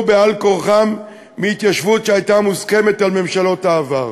בעל-כורחם מהתיישבות שהייתה מוסכמת על ממשלות העבר.